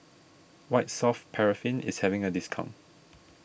White Soft Paraffin is having a discount